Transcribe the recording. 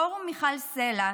פורום מיכל סלה,